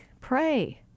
pray